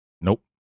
Nope